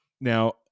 Now